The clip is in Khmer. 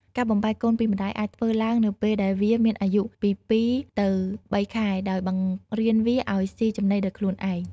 ការបំបែកកូនពីម្តាយអាចធ្វើឡើងនៅពេលដែលវាមានអាយុពីពីរទៅបីខែ ដោយបង្រៀនវាឲ្យស៊ីចំណីដោយខ្លួនឯង។